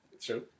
true